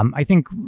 um i think,